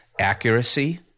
accuracy